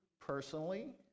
personally